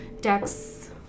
decks